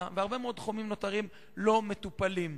והרבה מאוד תחומים נותרים לא מטופלים.